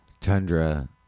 Tundra